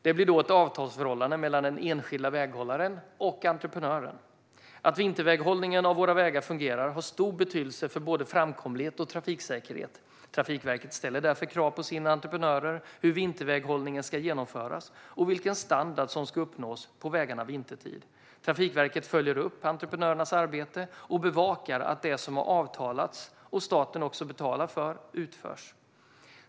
Det blir då ett avtalsförhållande mellan den enskilda väghållaren och entreprenören. Att vinterväghållningen av våra vägar fungerar har stor betydelse för både framkomlighet och trafiksäkerhet. Trafikverket ställer därför krav på sina entreprenörer hur vinterväghållningen ska genomföras och vilken standard som ska uppnås på vägarna vintertid. Trafikverket följer upp entreprenörernas arbete och bevakar att det som har avtalats, och som staten också betalar för, utförs.